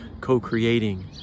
co-creating